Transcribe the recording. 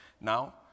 Now